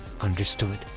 Understood